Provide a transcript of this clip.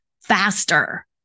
faster